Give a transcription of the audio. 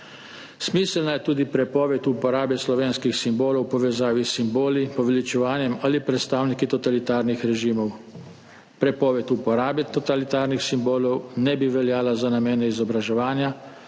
Smiselna je tudi prepoved uporabe slovenskih simbolov v povezavi s simboli, poveličevanjem ali predstavniki totalitarnih režimov. Prepoved uporabe totalitarnih simbolov ne bi veljala za namene izobraževanja